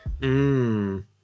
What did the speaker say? Mmm